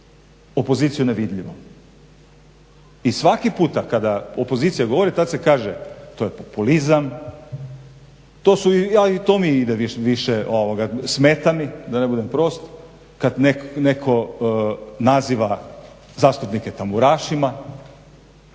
opoziciju nevidljivom. I svaki puta kada opozicija govori tada se kaže to je populizam, to mi više smeta mi da ne budem prost, kada netko naziva zastupnike tamburašima,